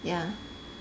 yeah